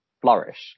flourish